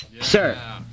sir